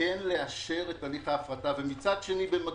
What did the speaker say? לאשר את הליך ההפרטה ובמקביל,